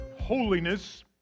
holiness